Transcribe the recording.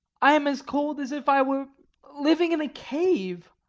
i am as cold as if i were living in a cave.